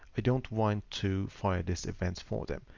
i don't want to fire this event for them.